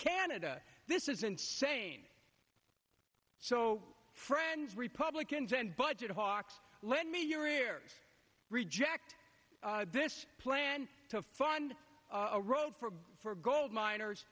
canada this is insane so friends republicans and budget hawks lend me your ears reject this plan to fund a road for gold miners